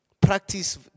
Practice